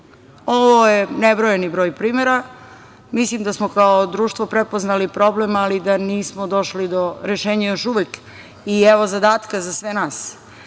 Ovo je nebrojan broj primera. Mislim da smo kao društvo prepoznali problem, ali da nismo došli do rešenja još uvek i evo, zadatka za sve nas.